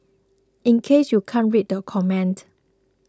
in case you can't read the comment